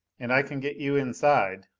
and i can get you inside.